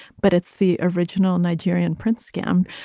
but it's the original nigerian prince scam.